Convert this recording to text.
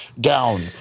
down